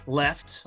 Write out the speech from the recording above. left